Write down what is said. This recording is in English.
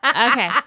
Okay